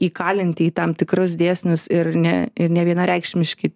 įkalinti į tam tikrus dėsnius ir ne ir nevienareikšmiški